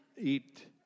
eat